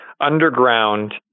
underground